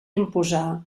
imposar